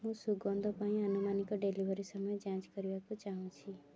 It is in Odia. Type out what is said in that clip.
ମୁଁ ସୁଗନ୍ଧ ପାଇଁ ଆନୁମାନିକ ଡେଲିଭରି ସମୟ ଯାଞ୍ଚ କରିବାକୁ ଚାହୁଁଛି